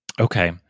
Okay